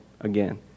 again